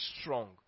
strong